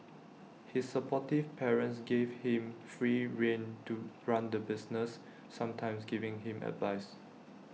his supportive parents gave him free rein to run the business sometimes giving him advice